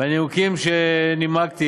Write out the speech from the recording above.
מהנימוקים שנימקתי